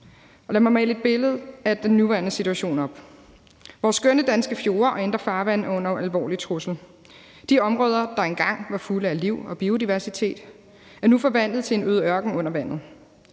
Lad mig male et billede af den nuværende situation op: Vores skønne danske fjorde og indre farvande er under en alvorlig trussel. De områder, der engang var fulde af liv og biodiversitet, er nu forvandlet til en øde ørken under vandet.